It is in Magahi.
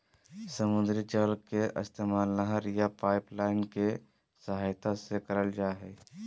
समुद्री जल के इस्तेमाल नहर या पाइपलाइन के सहायता से करल जा हय